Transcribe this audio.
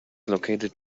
located